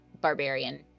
barbarian